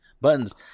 buttons